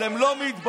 אתם לא מתביישים?